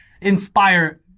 inspire